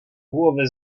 głowę